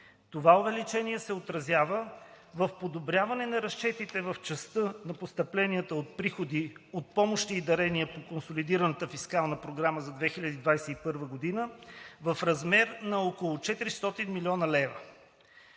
Това увеличение се отразява в подобряване на разчетите в частта на постъпленията от приходи от помощи и дарения по консолидираната фискална програма за 2021 г. в размер на около 400 млн. лв.